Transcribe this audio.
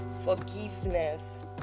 forgiveness